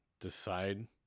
decide